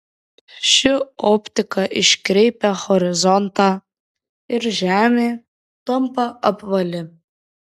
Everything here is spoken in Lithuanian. ši optika iškreipia horizontą ir žemė tampa apvali